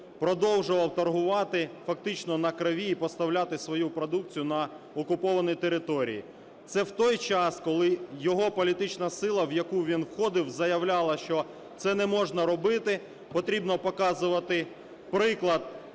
продовжував торгувати фактично на крові і поставляти свою продукцію на окуповані території. Це в той час, коли його політична сила, в яку він входив, заявляла, що це не можна робити. Потрібно показувати приклад